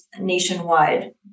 nationwide